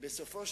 והאפיפיור נוהג,